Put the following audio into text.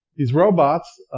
these robots,